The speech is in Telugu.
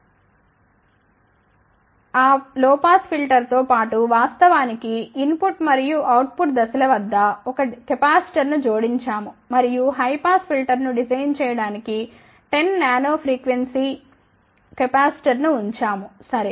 5 GHz యొక్క కటాఫ్ ఫ్రీక్వెన్సీ తో లో పాస్ ఫిల్టర్ను డిజైన్ చేశాము ఆ లో పాస్ ఫిల్టర్తో పాటు వాస్తవానికి ఇన్ పుట్ మరియు అవుట్ పుట్ దశల వద్ద ఒక కెపాసిటర్ను జోడించాము మరియు హై పాస్ ఫిల్టర్ను డిజైన్ చేయడానికి 10 nF కెపాసిటర్ను ఉంచాము సరే